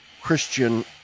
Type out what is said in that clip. Christian